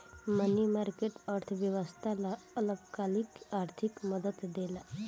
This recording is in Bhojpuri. मनी मार्केट, अर्थव्यवस्था ला अल्पकालिक आर्थिक मदद देला